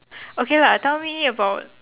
okay lah tell me about